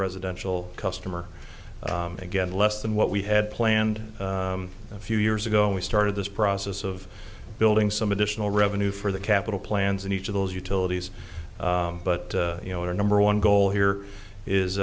residential customer again less than what we had planned a few years ago we started this process of building some additional revenue for the capital plans in each of those utilities but you know we are number one goal here is